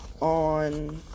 on